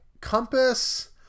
compass